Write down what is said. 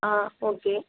ஆ okay